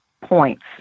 points